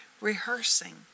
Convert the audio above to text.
rehearsing